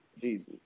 Jesus